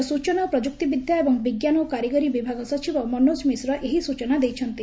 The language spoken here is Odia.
ରାକ୍ୟ ସୂଚନା ଓ ପ୍ରଯୁକ୍ତିବିଦ୍ୟା ଏବଂ ବିଙ୍କାନ ଓ କାରୀଗରି ବିଭାଗ ସଚିବ ମନୋକ ମିଶ୍ର ଏହି ସୂଚନା ଦେଇଛନ୍ତି